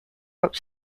wrote